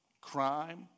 crime